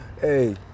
Hey